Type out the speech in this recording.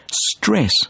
Stress